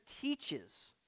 teaches